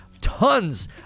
tons